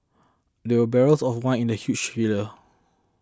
there were barrels of wine in the huge cellar